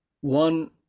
one